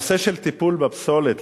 הנושא של טיפול בפסולת,